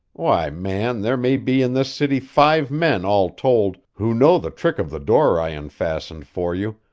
why, man, there may be in this city five men all told, who know the trick of the door i unfastened for you,